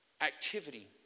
activity